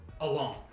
alone